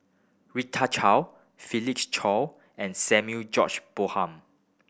Rita Chao Felix Cheo and Samuel George Bonham